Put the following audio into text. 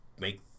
make